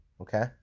okay